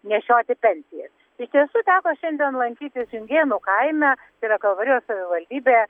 nešioti pensijas iš tiesų teko šiandien lankytis jungėnų kaime tai yra kalvarijos savivaldybė